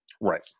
Right